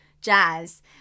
jazz